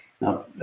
Now